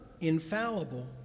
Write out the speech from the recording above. infallible